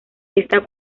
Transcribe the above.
esta